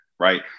right